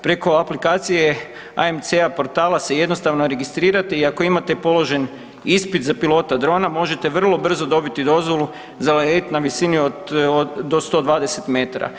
Preko aplikacije AMC portala se jednostavno registrirate i ako imate položen ispit za pilota drona, možete vrlo brzo dobiti dozvolu za let na visinu do 120 metara.